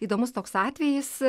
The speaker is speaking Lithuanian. įdomus toks atvejis